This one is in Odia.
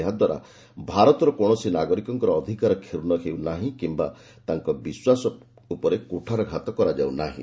ଏହାଦ୍ୱାରା ଭାରତର କୌଣସି ନାଗରିକଙ୍କର ଅଧିକାର କ୍ଷୁର୍ଶ୍ଣ ହେଉନାହିଁ କିମ୍ବା ତାଙ୍କ ବିଶ୍ୱାସ ଉପରେ କୁଠାରଘାତ କରାଯାଉନାହିଁ